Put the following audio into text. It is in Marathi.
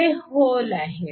हे होल आहेत